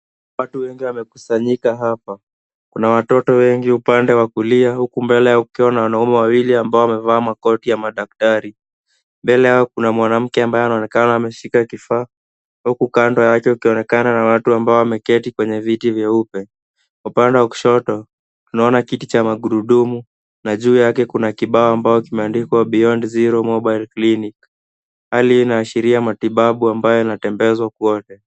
Watu wengi wamekusanyika hapa. Kuna watoto wengi upande wa kulia huku mbele kukiwa na wanaume wawili ambao wamevaa makoti ya madaktari. Mbele yao kuna mwanamke ambaye anaonekana akiwa ameshika kifaa huku kando yake kukionekana na watu ambao wameketi kwenye viti vyeupe. Upande wa kushoto tunaona kiti cha magurudumu na juu yake kuna kibao ambacho kimeandikwa Beyond Zero Mobile Clinic . Hali hii inaashiria matibabu ambayo yanatembezwa kwote.